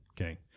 Okay